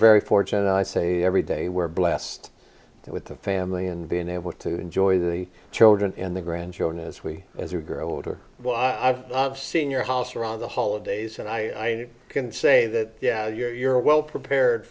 very fortunate i say every day we're blessed with the family and being able to enjoy the children in the grandchildren as we as we grow older i've seen your house around the holidays and i can say that you're well prepared